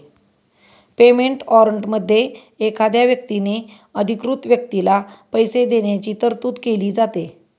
payment वॉरंटमध्ये एखाद्या व्यक्तीने अधिकृत व्यक्तीला पैसे देण्याची तरतूद केली जाते